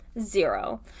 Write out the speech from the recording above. zero